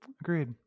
Agreed